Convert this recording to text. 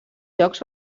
jocs